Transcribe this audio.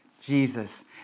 Jesus